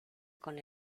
con